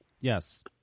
Yes